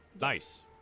Nice